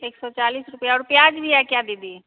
एक सौ चालिस रुपया और प्याज भी है क्या दीदी